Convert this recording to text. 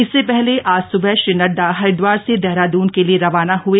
इससे पहले आज सुबह श्री नड़डा हरिद्वार से देहरादून के लिए रवाना हए